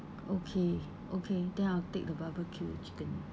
okay okay then I'll take the barbecue chicken